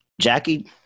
Jackie